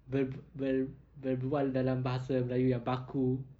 berbu~ ber~ berbual dalam bahasa melayu yang baku